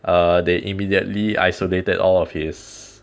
uh they immediately isolated all of his